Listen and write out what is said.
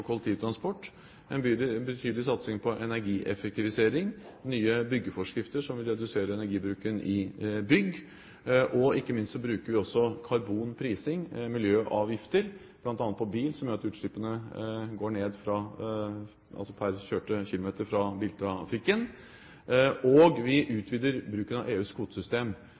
energieffektivisering, nye byggeforskrifter som vil redusere energibruken i bygg. Ikke minst bruker vi også karbonprising, miljøavgifter bl.a. på bil, som gjør at utslippene går ned per kjørte kilometer, og vi utvider bruken av EUs kvotesystem.